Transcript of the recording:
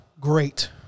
great